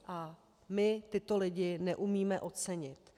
A my tyto lidi neumíme ocenit.